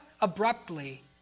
abruptly